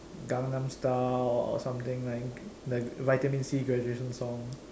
Gangnam style or something like like vitamin-C graduation song